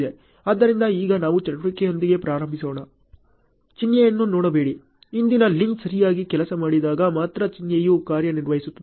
ಆದ್ದರಿಂದ ಈಗ ನಾವು ಚಟುವಟಿಕೆಯೊಂದಿಗೆ ಪ್ರಾರಂಭಿಸೋಣ ಚಿಹ್ನೆಯನ್ನು ನೋಡಬೇಡಿ ಹಿಂದಿನ ಲಿಂಕ್ ಸರಿಯಾಗಿ ಕೆಲಸ ಮಾಡಿದಾಗ ಮಾತ್ರ ಚಿಹ್ನೆಯು ಕಾರ್ಯನಿರ್ವಹಿಸುತ್ತದೆ